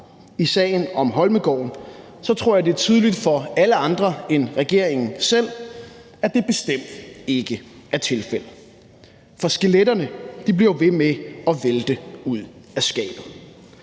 i sagen om Holmegaard, tror jeg, det er tydeligt for alle andre end regeringen selv, at det bestemt ikke er tilfældet, for skeletterne bliver jo ved med at vælte ud af skabet.